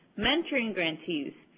mentoring grantees,